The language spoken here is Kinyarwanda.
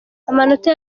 amanota